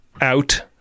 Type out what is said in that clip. out